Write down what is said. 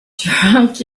drunk